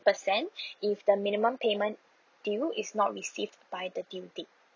percent if the minimum payment due is not received by the due date